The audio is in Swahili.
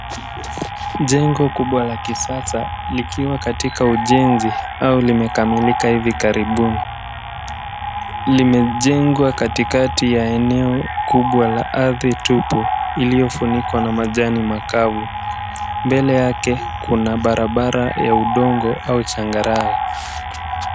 Jengo kubwa la kisasa likiwa katika ujenzi au limekamilika hivi karibuni. Limejengwa katikati ya eneo kubwa la ardhi tupu iliyofunikwa na majani makavu. Mbele yake kuna barabara ya udongo au changarawe.